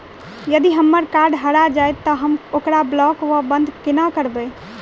यदि हम्मर कार्ड हरा जाइत तऽ हम ओकरा ब्लॉक वा बंद कोना करेबै?